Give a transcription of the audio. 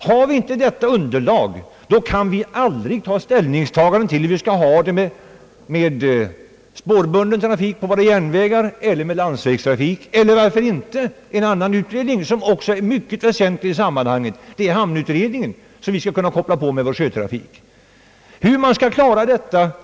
Varför inte koppla in en annan utredning som är mycket väsentlig i detta sammanhang, nämligen hamnutredningen i fråga om sjötrafik? Har vi inte detta underlag, kan vi aldrig ta ställning till hur vi skall ha det med spårbunden trafik på våra järnvägar eller med landsvägstrafik.